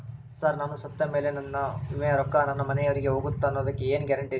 Sir ನಾನು ಸತ್ತಮೇಲೆ ನನ್ನ ವಿಮೆ ರೊಕ್ಕಾ ನನ್ನ ಮನೆಯವರಿಗಿ ಹೋಗುತ್ತಾ ಅನ್ನೊದಕ್ಕೆ ಏನ್ ಗ್ಯಾರಂಟಿ ರೇ?